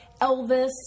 Elvis